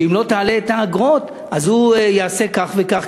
שאם לא תעלה את האגרות אז הוא יעשה כך וכך,